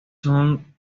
son